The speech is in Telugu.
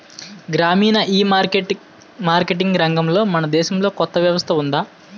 గ్రామీణ ఈమార్కెటింగ్ రంగంలో మన దేశంలో కొత్త వ్యవస్థ ఉందా?